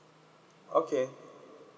okay